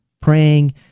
praying